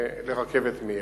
לרכבת מהירה.